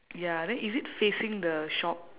ya then is it facing the shop